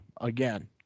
again